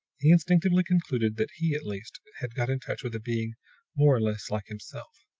he instinctively concluded that he, at least, had got in touch with a being more or less like himself.